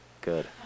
Good